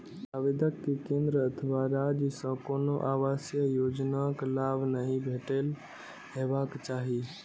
आवेदक कें केंद्र अथवा राज्य सं कोनो आवासीय योजनाक लाभ नहि भेटल हेबाक चाही